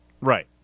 Right